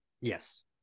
Yes